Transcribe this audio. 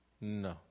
No